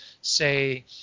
Say